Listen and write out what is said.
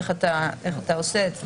איך אתה עושה את זה?